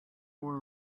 were